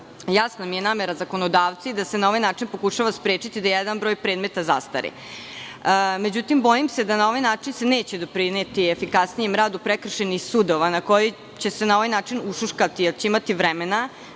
jasna mi je namera zakonodavca da se na ovaj način pokušava sprečiti da jedan broj predmeta zastari.Međutim bojim se da na ovaj način se neće doprineti efikasnijem radu prekršajnih sudova, na ovaj način će se ušuškati, jer će imati vremena